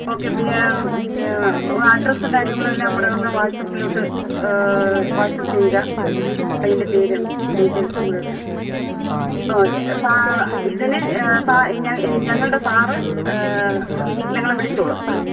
okay അഡ്രസ്സും കാര്യങ്ങളും എല്ലാംകൂടി ഒന്ന് വാട്സ്പ്പിലോട്ട് വാട്സപ്പ് ചെയ്യുക അതിൻ്റെ പേരും ഡീറ്റേയ്ൽസും കൂടെയിട്ട് ഓഹ് ഇതിന് ഞങ്ങളുടെ സാറ് നിങ്ങളെ വിളിച്ചോളും